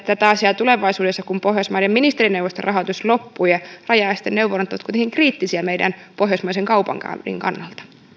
tätä asiaa tulevaisuudessa kun pohjoismaiden ministerineuvoston rahoitus loppuu ja kun rajaneuvonta on kuitenkin kriittistä meidän pohjoismaisen kaupankäynnin kannalta